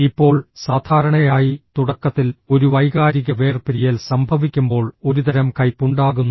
ഇപ്പോൾ സാധാരണയായി തുടക്കത്തിൽ ഒരു വൈകാരിക വേർപിരിയൽ സംഭവിക്കുമ്പോൾ ഒരുതരം കയ്പ്പ് ഉണ്ടാകുന്നു